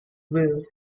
wills